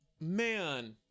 Man